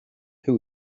who